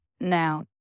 now